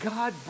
God